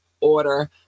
order